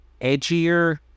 edgier